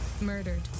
murdered